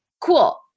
Cool